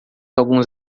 alguns